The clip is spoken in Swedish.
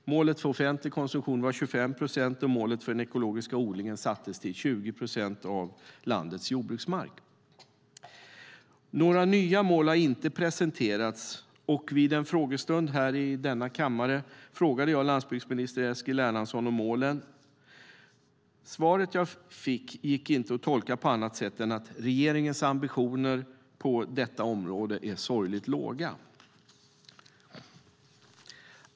Målet för offentlig konsumtion var 25 procent, och målet för den ekologiska odlingen sattes till 20 procent av landets jordbruksmark. Några nya mål har inte presenterats, och vid en frågestund i denna kammare frågade jag landsbygdsminister Eskil Erlandsson om målen. Svaret jag fick gick inte att tolka på annat sätt än att regeringens ambitioner på detta område är sorgligt låga.